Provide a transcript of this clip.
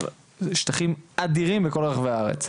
על שטחים אדירים בכל רחבי הארץ.